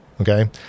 Okay